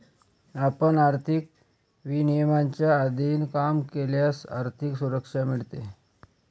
आपण आर्थिक विनियमांच्या अधीन काम केल्यास आर्थिक सुरक्षा मिळते